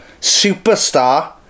superstar